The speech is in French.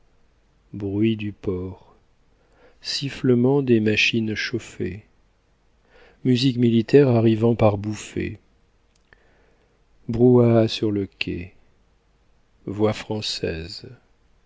bruits du port sifflement des machines chauffées musique militaire arrivant par bouffées brouhaha sur le quai voix françaises